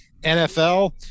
NFL